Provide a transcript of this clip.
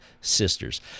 sisters